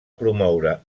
promoure